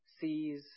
sees